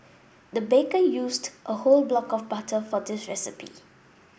the baker used a whole block of butter for this recipe